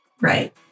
Right